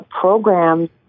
programs